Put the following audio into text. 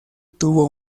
tuvo